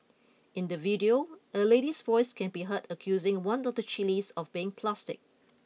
in the video a lady's voice can be heard accusing one of the chillies of being plastic